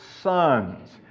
sons